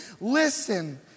Listen